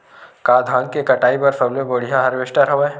का धान के कटाई बर सबले बढ़िया हारवेस्टर हवय?